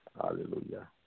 Hallelujah